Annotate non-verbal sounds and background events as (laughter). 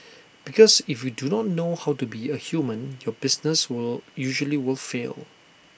(noise) because if you do not know how to be A human your business usually will fail